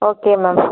okay ma'am